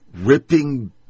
ripping